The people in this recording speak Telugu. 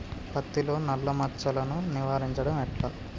పత్తిలో నల్లా మచ్చలను నివారించడం ఎట్లా?